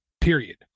period